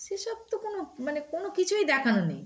সেসব তো কোনো মানে কোনো কিছুই দেখানো নেই